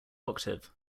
octave